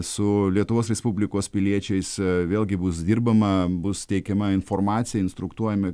su lietuvos respublikos piliečiais vėlgi bus dirbama bus teikiama informacija instruktuojami